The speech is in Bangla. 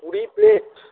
কুড়ি প্লেট